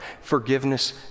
forgiveness